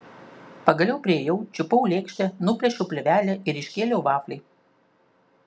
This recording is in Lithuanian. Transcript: pagaliau priėjau čiupau lėkštę nuplėšiau plėvelę ir iškėliau vaflį